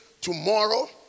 tomorrow